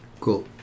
Cool